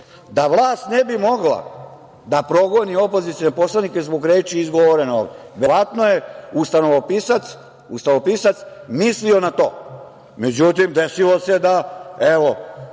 da vlast ne bi mogla da progoni opozicione poslanike zbog reči izgovorenih ovde. Verovatno je ustavopisac mislio na to. Međutim, desilo se da, evo,